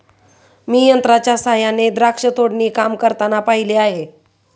मी यंत्रांच्या सहाय्याने द्राक्ष तोडणी काम करताना पाहिले आहे